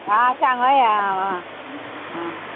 आ सांगूया आ आ